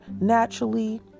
naturally